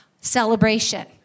celebration